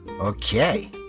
Okay